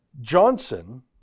Johnson